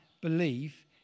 believe